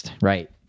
Right